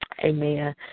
Amen